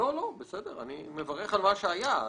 מברך על מה שהיה,